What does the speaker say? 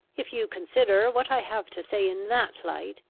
if you consider what i have to say in that light,